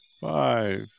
five